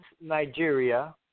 Nigeria